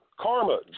Karma